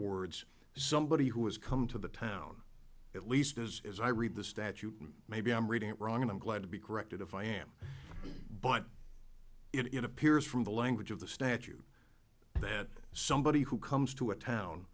words somebody who has come to the town at least as i read the statute and maybe i'm reading it wrong and i'm glad to be corrected if i am but it appears from the language of the statute that somebody who comes to a town